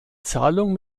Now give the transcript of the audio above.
zahlung